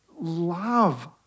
love